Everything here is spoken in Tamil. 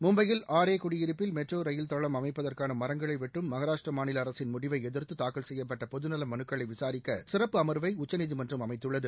மும்பையில் ஆரே குடியிருப்பில் மெட்ரோ ரயில் தளம் அமைப்பதற்காக மரங்களை வெட்டும் மகாராஷ்ட்டிர மாநில அரசின் முடிவை எதிர்த்து தாக்கல் செய்யப்பட்ட பொதுநல மனுக்களை விசாரிக்க சிறப்பு அமர்வை உச்சநீதிமன்றம் அமைத்துள்ளது